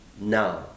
now